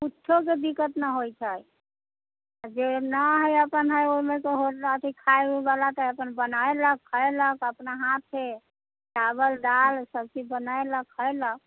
किछुके दिक्कत नहि होइ छै जे नहि हइ अपन ओ तऽ अपन खाइउइवला तऽ ओ बनेलक खेलक अपना हाथसँ चावल दाल सबचीज बनेलक खेलक